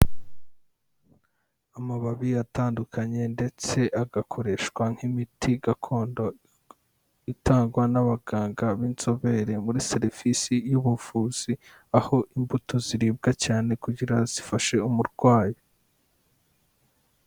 Amababi atandukanye ndetse agakoreshwa nk'imiti gakondo, itangwa n'abaganga b'inzobere muri serivisi y'ubuvuzi, aho imbuto ziribwa cyane kugira zifashe umurwayi.